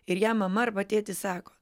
ir jam mama arba tėtis sako